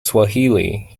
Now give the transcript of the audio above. swahili